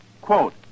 Quote